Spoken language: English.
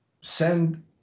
send